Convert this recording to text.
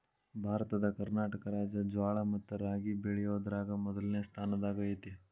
ಭಾರತದ ಕರ್ನಾಟಕ ರಾಜ್ಯ ಜ್ವಾಳ ಮತ್ತ ರಾಗಿ ಬೆಳಿಯೋದ್ರಾಗ ಮೊದ್ಲನೇ ಸ್ಥಾನದಾಗ ಐತಿ